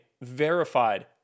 verified